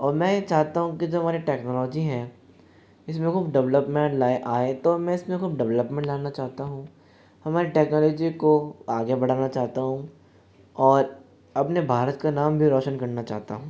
और मैं ये चाहता हूँ कि जो हमारी टेक्नोलॉजी हैं इसमें कुछ डेवलपमेंट लाए आए तो मैं इसमें कुछ डेवलपमेंट लाना चाहता हूँ हमारी टेक्नोलॉजी को आगे बढ़ाना चाहता हूँ और अपने भारत का नाम भी रोशन करना चाहता हूँ